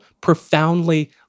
profoundly